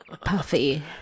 Puffy